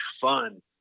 fun